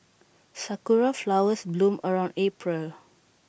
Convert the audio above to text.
Sakura Flowers bloom around April